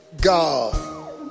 God